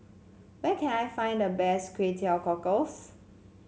where can I find the best Kway Teow Cockles